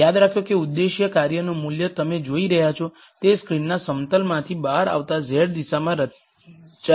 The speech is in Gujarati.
યાદ રાખો કે ઉદ્દેશ્ય કાર્યનું મૂલ્ય તમે જોઈ રહ્યાં છો તે સ્ક્રીનના સમતલમાંથી બહાર આવતા z દિશામાં રચાયેલ છે